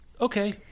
Okay